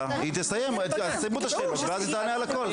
תסיימו את השאלות ואז היא תענה על הכול.